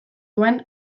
duen